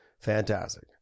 Fantastic